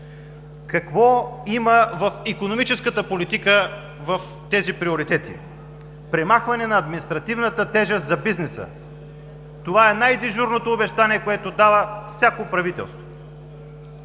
Какво има в икономическата политика в тези приоритети? Премахване на административната тежест за бизнеса. Това е най дежурното обещание, което дава всяко правителство.